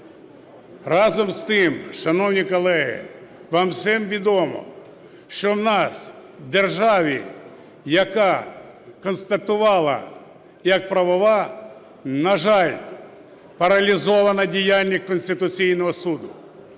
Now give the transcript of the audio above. Разом з тим, шановні колеги, вам всім відомо, що нас в державі, яка констатувала як правова, на жаль, паралізована діяльність Конституційного Суду.